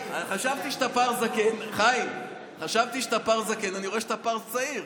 חיים, חשבתי שאתה פר זקן, אני רואה שאתה פר צעיר.